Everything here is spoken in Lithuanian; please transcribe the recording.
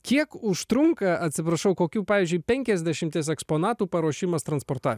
kiek užtrunka atsiprašau kokių pavyzdžiui penkiasdešimties eksponatų paruošimas transportavimui